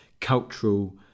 cultural